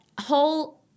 whole